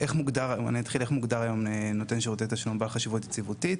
אני אתחיל מאיך מוגדר היום נותן שירותי תשלום בעל חשיבות יציבותית?